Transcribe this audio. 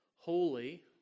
holy